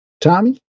Tommy